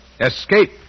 Escape